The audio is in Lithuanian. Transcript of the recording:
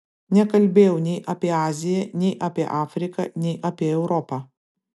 nekalbėjau nei apie aziją nei apie afriką nei apie europą